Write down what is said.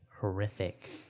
horrific